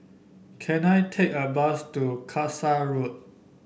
can I take a bus to Kasai Road